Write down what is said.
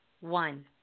one